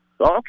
Okay